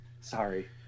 Sorry